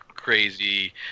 crazy